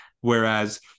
Whereas